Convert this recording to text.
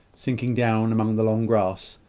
sinking down among the long grass,